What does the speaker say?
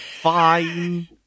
fine